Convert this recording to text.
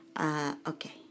Okay